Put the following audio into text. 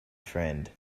friend